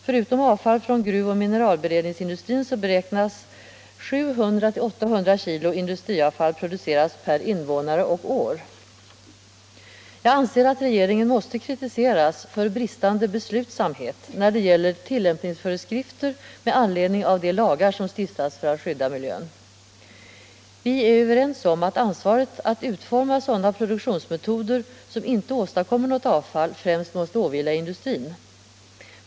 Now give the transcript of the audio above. Förutom avfall från gruvoch mineralberedningsindustrin beräknas 700-800 kilo industriavfall produceras per invånare och år. Jag anser att regeringen måste kritiseras för bristande beslutsamhet när det gäller tillämpningsföreskrifter med anledning av de lagar som stiftats för att skydda miljön. Vi är överens om att ansvaret för att utforma sådana produktionsmetoder som inte åstadkommer något avfall främst måste åvila industrin.